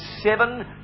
seven